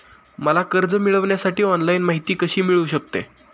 मला कर्ज मिळविण्यासाठी ऑनलाइन माहिती कशी मिळू शकते?